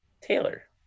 taylor